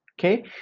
Okay